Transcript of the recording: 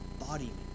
embodiment